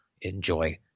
enjoy